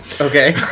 Okay